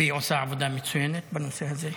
והיא עושה עבודה מצוינת בנושא הזה.